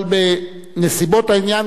אבל בנסיבות העניין,